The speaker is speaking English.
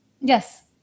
Yes